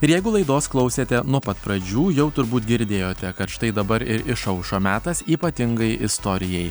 ir jeigu laidos klausėte nuo pat pradžių jau turbūt girdėjote kad štai dabar ir išaušo metas ypatingai istorijai